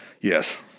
Yes